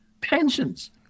pensions